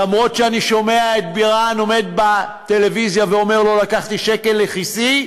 אף שאני שומע את בירן עומד בטלוויזיה ואומר: לא לקחתי שקל לכיסי,